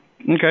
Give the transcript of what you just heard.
Okay